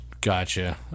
Gotcha